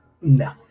No